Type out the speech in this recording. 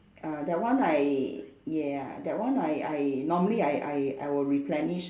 uh that one I ya that one I I normally I I I will replenish